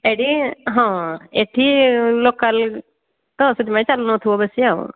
ଏଠି ହଁ ଏଠି ଲୋକାଲ ତ ସେଥିପାଇଁ ଚାଲୁନଥିବ ବେଶୀ ଆଉ